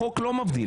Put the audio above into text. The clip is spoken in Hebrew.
החוק לא מבדיל.